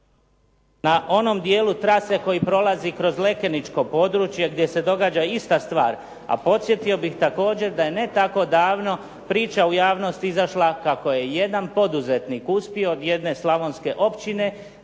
na onom dijelu trase koji prolazi kroz lekeničko područje gdje se događa ista stvar. A podsjetio bih također da je ne tako davno priča u javnost izašla kako je jedan poduzetnik uspio od jedne slavonske općine